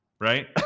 right